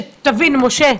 משה,